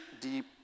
deep